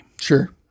Sure